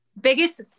biggest